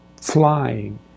flying